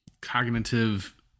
cognitive